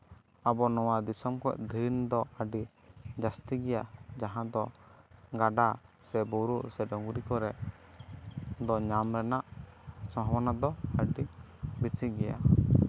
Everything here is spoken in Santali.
ᱟᱵᱚ ᱱᱚᱣᱟ ᱫᱤᱥᱚᱢ ᱠᱚᱣᱟ ᱫᱷᱤᱱ ᱫᱚ ᱟᱹᱰᱤ ᱡᱟᱹᱥᱛᱤ ᱜᱮᱭᱟ ᱡᱟᱦᱟᱸ ᱫᱚ ᱜᱟᱰᱟ ᱵᱩᱨᱩ ᱥᱮ ᱰᱩᱝᱨᱤ ᱠᱚᱨᱮᱜ ᱫᱚ ᱧᱟᱢ ᱨᱮᱱᱟᱜ ᱥᱚᱢᱵᱷᱚᱵᱚᱱᱟ ᱫᱚ ᱟᱹᱰᱤ ᱵᱮᱥᱤ ᱜᱮᱭᱟ